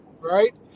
right